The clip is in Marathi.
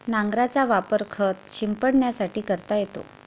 नांगराचा वापर खत शिंपडण्यासाठी करता येतो